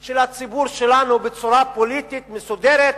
של הציבור שלנו בצורה פוליטית מסודרת.